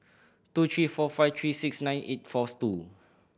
two three four five three six nine eight four two